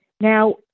Now